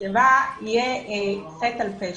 שבו יהיה חטא על פשע,